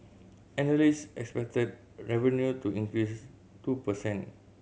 analyst expected revenue to increase two per cent